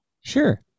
Sure